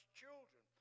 children